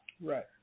Right